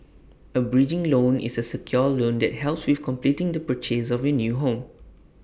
A bridging loan is A secured loan that helps with completing the purchase of your new home